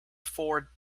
four